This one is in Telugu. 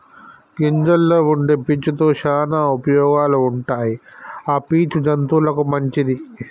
గింజల్లో వుండే పీచు తో శానా ఉపయోగాలు ఉంటాయి ఆ పీచు జంతువులకు మంచిది